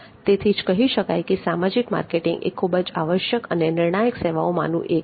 તેથી જ કહી શકાય કે સામાજિક માર્કેટિંગ એક ખૂબ જ આવશ્યક અને નિર્ણાયક સેવાઓમાંનું એક છે